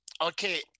okay